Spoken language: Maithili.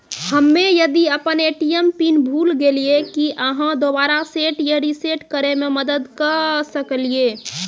हम्मे यदि अपन ए.टी.एम पिन भूल गलियै, की आहाँ दोबारा सेट या रिसेट करैमे मदद करऽ सकलियै?